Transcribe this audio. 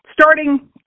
starting